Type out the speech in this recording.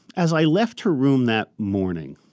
as i left her room that morning,